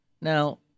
Now